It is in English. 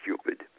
stupid